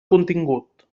contingut